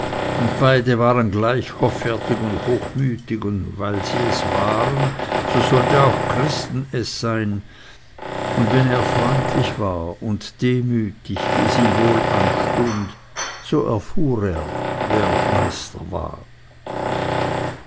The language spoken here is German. beide waren gleich hoffärtig und hochmütig und weil sie es waren so sollte auch christen es sein und wenn er freundlich war und demütig wie es ihm so wohl anstund so erfuhr er wer meister war